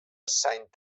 saint